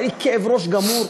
היה לי כאב ראש גמור.